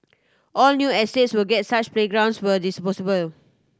all new estates will get such playgrounds where is possible